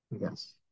Yes